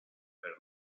per